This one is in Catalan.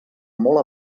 molt